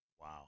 Wow